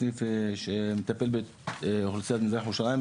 סניף שמטפל באוכלוסיית מזרח ירושלים.